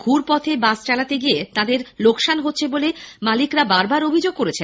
ঘুরপথে bus চালাতে গিয়ে তাঁদের লোকসান হচ্ছে বলে বাস মালিকরা বারবার অভিযোগ করেন